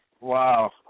Wow